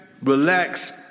relax